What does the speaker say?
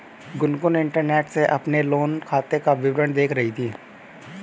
Gungun internet से अपने loan खाते का विवरण देख रही थी